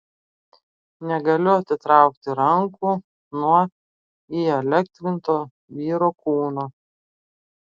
negaliu atitraukti rankų nuo įelektrinto vyro kūno